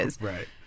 right